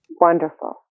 Wonderful